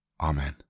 Amen